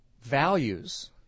Values